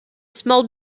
small